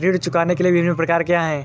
ऋण चुकाने के विभिन्न प्रकार क्या हैं?